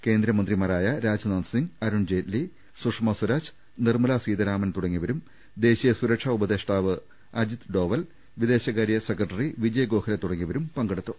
കേന്ദ്രമന്ത്രിമാരായ രാജ്നാഥ്സിങ് അരുൺജയ്റ്റ്ലി സുഷമാ സ്വരാജ് നിർമല സീതാ രാമൻ തുടങ്ങിയവരും ദേശീയ സുരക്ഷാ ഉപദേഷ്ടാവ് അജിത് ഡോവൽ വിദേശകാര്യ സെക്രട്ടറി വിജയ് ഗോഖലെ തുടങ്ങിയ വരും പങ്കെടുത്തു